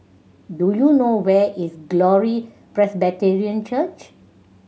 do you know where is Glory Presbyterian Church